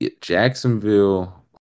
Jacksonville